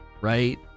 Right